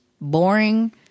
boring